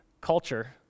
culture